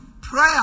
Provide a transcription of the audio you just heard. prayer